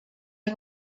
and